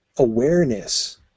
Awareness